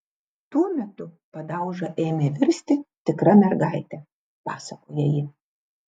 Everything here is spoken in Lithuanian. tuo metu padauža ėmė virsti tikra mergaite pasakoja ji